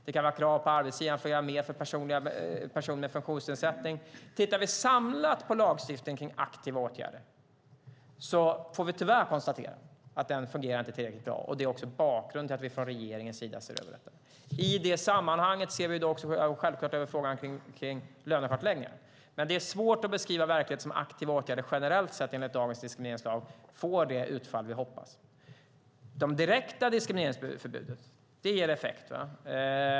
Det kan vara krav på arbetsgivaren att göra mer för personer med funktionsnedsättning. Tittar vi samlat på lagstiftningen kring aktiva åtgärder får vi tyvärr konstatera att den inte fungerar tillräckligt bra, och det är också bakgrunden till att vi i regeringen ser över detta. I det sammanhanget ser vi självklart också över lönekartläggningen. Men det är svårt att beskriva att aktiva åtgärder enligt dagens diskrimineringslag generellt sett får det utfall vi hoppas. Det direkta diskrimineringsförbudet ger effekt.